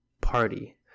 Party